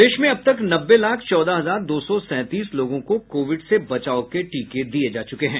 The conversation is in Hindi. प्रदेश में अब तक नब्बे लाख चौदह हजार दो सौ सैंतीस लोगों को कोविड से बचाव के टीके दिये जा चुके हैं